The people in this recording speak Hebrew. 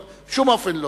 בשום אופן לא.